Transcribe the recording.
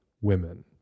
women